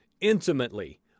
intimately